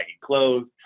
clothes